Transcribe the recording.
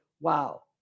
wow